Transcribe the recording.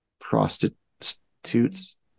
Prostitutes